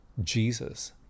Jesus